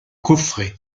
coffret